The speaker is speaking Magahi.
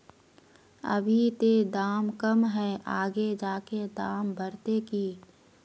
अभी ते दाम कम है आगे जाके दाम बढ़ते की?